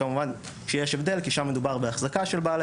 וכמובן שיש הבדל כי שם מדובר בהחזקה של בעלי